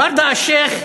ורדה אלשיך,